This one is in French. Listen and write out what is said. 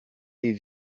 les